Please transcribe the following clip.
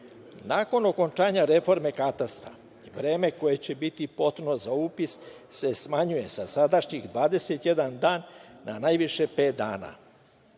Nakon okončanja reforme katastra vreme koje će biti potrebno za upis se smanjuje sa sadašnjih 21 dan na najviše pet dana.